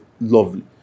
lovely